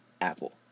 apple